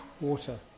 Water